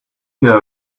know